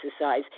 exercise